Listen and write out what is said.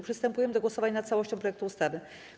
Przystępujemy do głosowania nad całością projektu ustawy.